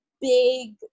big